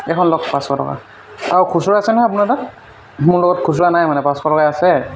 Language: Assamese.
এইখন লওক পাঁচশ টকা আৰু খুচুৰা আছে নহয় আপোনাৰ তাত মোৰ লগত খুচুৰা নাই মানে পাঁচশ টকাই আছে